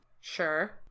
Sure